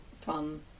fun